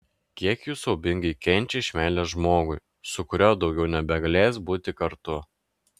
kiek jų siaubingai kenčia iš meilės žmogui su kuriuo daugiau nebegalės būti kartu